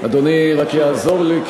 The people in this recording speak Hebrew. אדוני רק יעזור לי,